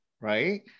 right